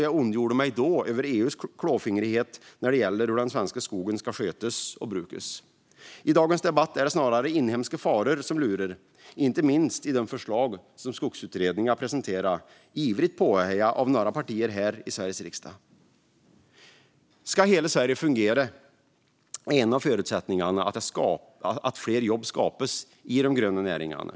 Jag ondgjorde mig då över EU:s klåfingrighet när det gäller hur den svenska skogen ska skötas och brukas. I dagens debatt är det snarare inhemska faror som lurar, inte minst i de förslag som Skogsutredningen presenterade, ivrigt påhejad av några partier i Sveriges riksdag. Ska hela Sverige fungera är en av förutsättningarna att fler jobb skapas i de gröna näringarna.